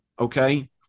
Okay